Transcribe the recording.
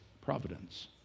providence